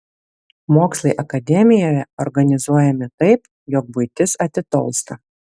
mokslai akademijoje organizuojami taip jog buitis atitolsta